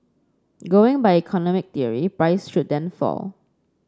going by economic theory price should then fall